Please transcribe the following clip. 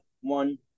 one